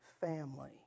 family